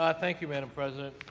ah thank you, madam president.